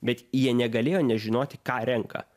bet jie negalėjo nežinoti ką renka